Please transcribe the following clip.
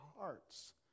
hearts